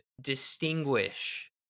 distinguish